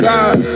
God